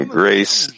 grace